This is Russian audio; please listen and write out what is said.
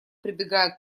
прибегая